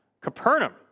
Capernaum